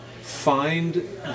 find